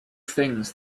things